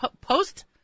post